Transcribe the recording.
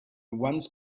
once